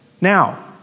Now